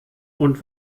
und